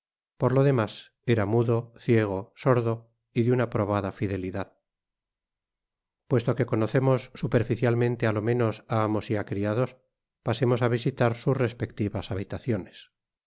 por lo demás era mudo ciego sordo y de una probada fidelidad puesto que conocemos superficialmente á lo menos á amos y á criados pasemos á visitar sus respectivas habitaciones